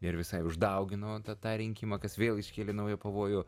ir visai uždaugino tą rinkimą kas vėl iškėlė naują pavojų